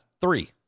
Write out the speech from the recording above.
three